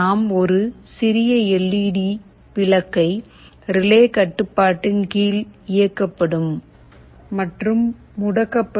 நாம் ஒரு சிறிய எல் ஈ டி விளக்கைப் ரிலே கட்டுப்பாட்டின் கீழ் இயக்கப்படும் மற்றும் முடக்கப்படும்